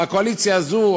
והקואליציה הזאת,